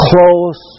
Close